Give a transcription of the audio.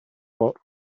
what